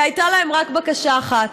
והייתה להן רק בקשה אחת,